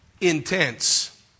intense